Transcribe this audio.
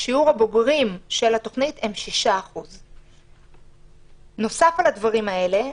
שיעור הבוגרים של התוכנית הוא 6%. נוסף על הדברים האלה,